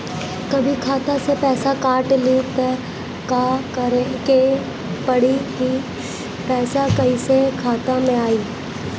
कभी खाता से पैसा काट लि त का करे के पड़ी कि पैसा कईसे खाता मे आई?